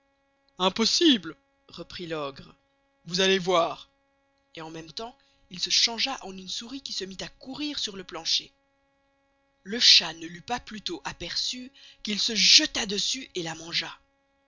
impossible reprit l'ogre vous allez voir et en même temps il se changea en une souris qui se mit à courir sur le plancher le chat ne l'eut pas plus tost aperçûë qu'il se jetta dessus et la mangea